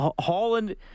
Holland